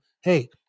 hey